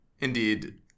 Indeed